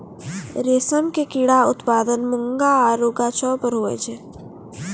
रेशम के कीड़ा उत्पादन मूंगा आरु गाछौ पर हुवै छै